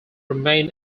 remain